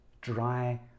dry